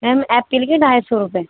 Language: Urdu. میم ایپل کے ڈھائی سو روپیے